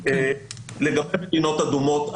לגבי מדינות אדומות,